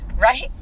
Right